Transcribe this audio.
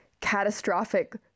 catastrophic